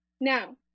Now